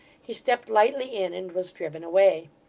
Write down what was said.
he stepped lightly in, and was driven away.